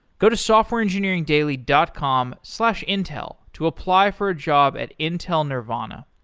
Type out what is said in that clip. go to softwareengineeringdaily dot com slash intel to apply for a job at intel nervana.